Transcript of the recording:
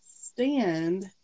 stand